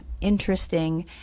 interesting